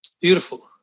Beautiful